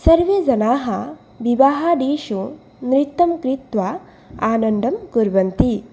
सर्वे जनाः विवाहादिषु नृत्यं कृत्वा आनन्दं कुर्वन्ति